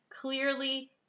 clearly